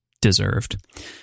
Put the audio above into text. Deserved